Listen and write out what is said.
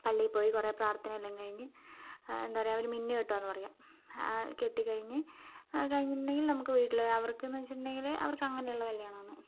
പള്ളിയിൽപ്പോയി കുറെ പ്രാർത്ഥനയെല്ലാം കഴിഞ്ഞ് എന്താ പറയുക അവർ മിന്നുകെട്ടുകയെന്നു പറയാം കെട്ടിക്കഴിഞ്ഞ് കഴിഞ്ഞിട്ടുണ്ടെങ്കിൽ നമുക്ക് വീട്ടിൽ അവർക്കെന്നു വച്ചിട്ടുണ്ടെങ്കിൽ അവർക്ക് അങ്ങനെയുള്ള കല്ല്യാണമാണ്